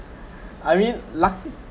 I mean luck